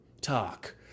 talk